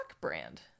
brand